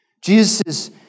Jesus